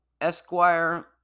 Esquire